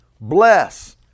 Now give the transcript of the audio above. Bless